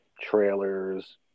trailers